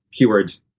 keywords